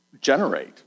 generate